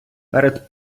перед